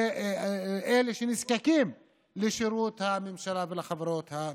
לאלה שנזקקים לשירות הממשלה והחברות הממשלתיות.